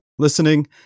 Listening